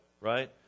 right